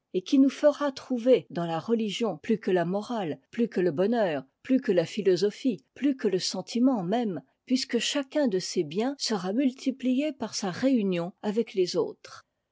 et qui nous fera trouver dans la religion plus que la morale plus que le bonheur plus que la philosophie plus que le sentiment même puisque chacun de ces biens sera multiplié par sa réunion avec les autres